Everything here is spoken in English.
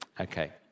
Okay